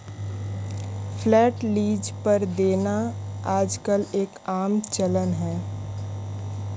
flat lease पर देना आजकल एक आम चलन है